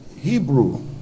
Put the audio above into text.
hebrew